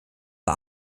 war